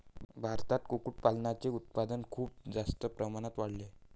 भारतात कुक्कुटपालनाचे उत्पादन खूप जास्त प्रमाणात वाढले आहे